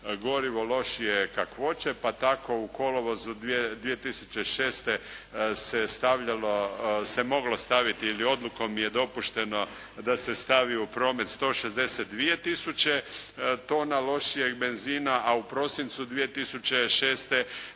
gorivo lošije kakvoće pa tako u kolovozu 2006. se moglo staviti ili odlukom je dopušteno da se stavi u promet 162 tisuće tona lošijeg benzina a u prosincu 2006.